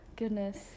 Goodness